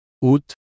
Août